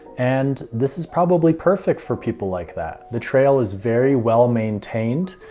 and this is probably perfect for people like that. the trail is very well-maintained.